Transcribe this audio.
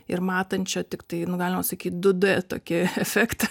ir matančio tiktai nu galima sakyt du d tokį efektą